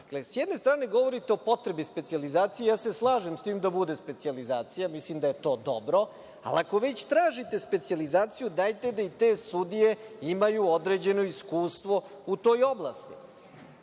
S jedne strane govorite o potrebi specijalizacije i slažem se sa tim da bude specijalizacija, mislim da je to dobro, ali ako već tražite specijalizaciju, dajte, da i te sudije imaju određeno iskustvo u toj oblasti. Ovako